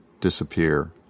Disappear